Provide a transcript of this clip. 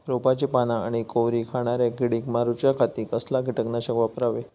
रोपाची पाना आनी कोवरी खाणाऱ्या किडीक मारूच्या खाती कसला किटकनाशक वापरावे?